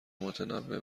متنوع